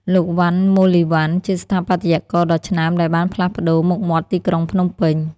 លោក វណ្ណ មូលីវណ្ណ ជាស្ថាបត្យករដ៏ឆ្នើមដែលបានផ្លាស់ប្តូរមុខមាត់ទីក្រុងភ្នំពេញ។